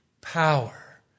power